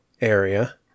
area